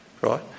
right